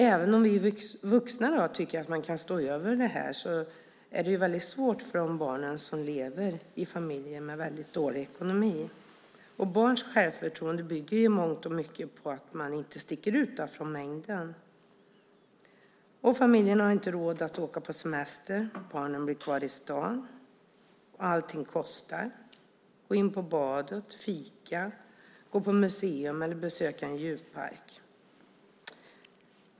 Även om vi vuxna tycker att man kan stå över det är det väldigt svårt för de barn som lever i familjer med väldigt dålig ekonomi. Barns självförtroende bygger i mångt och mycket på att inte sticka ut från mängden. Familjen har inte råd att åka på semester. Barnen blir kvar i stan. Allting kostar - till exempel att gå in på badet, att fika, att gå på museum eller att besöka en djurpark.